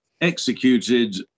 executed